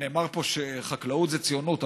נאמר פה שחקלאות זה ציונות,